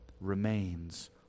remains